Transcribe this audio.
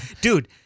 dude